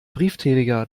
briefträger